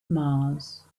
mars